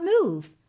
move